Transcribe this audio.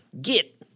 Get